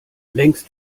längst